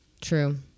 True